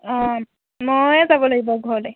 অঁ মই যাব লাগিব ঘৰলৈ